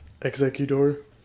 Executor